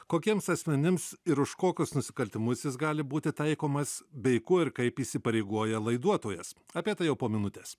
kokiems asmenims ir už kokius nusikaltimus jis gali būti taikomas bei kuo ir kaip įsipareigoja laiduotojas apie tai jau po minutės